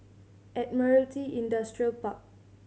Admiralty Industrial Park